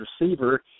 receiver